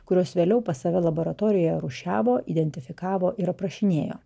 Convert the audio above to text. kuriuos vėliau pas save laboratorijoje rūšiavo identifikavo ir aprašinėjo